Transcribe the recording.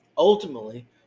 Ultimately